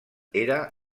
era